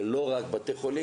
ולא רק בתי חולים,